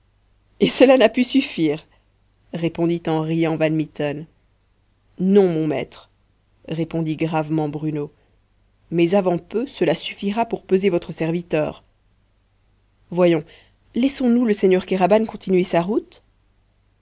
et cela n'a pu suffire répondit en riant van mitten non mon maître répondit gravement bruno mais avant peu cela suffira pour peser votre serviteur voyons laissons-nous le seigneur kéraban continuer sa route